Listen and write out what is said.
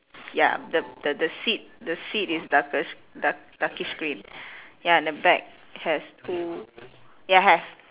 ya the the the seat the seat is darkish dark darkish green ya and the back has two ya have